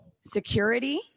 Security